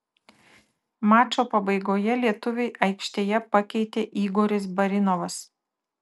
mačo pabaigoje lietuvį aikštėje pakeitė igoris barinovas